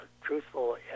truthful